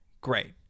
Great